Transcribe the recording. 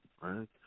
right